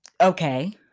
okay